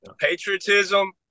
patriotism